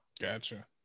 Gotcha